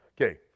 Okay